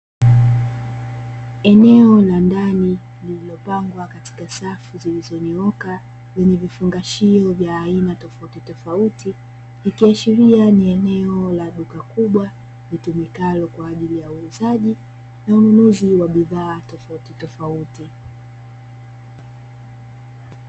Eneo la ndani lililopangwa katika safu zilizonyooka zenye vifungashio vya aina tofautitofauti, ikiashiria ni eneo la duka kubwa litumikalo kwa ajili ya uuzaji na ununuzi wa bidhaa tofautitofauti.